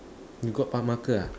you got marker ah